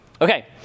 Okay